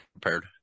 prepared